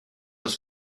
was